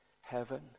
heaven